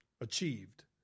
achieved